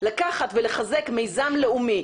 לקחת ולחזק מיזם לאומי.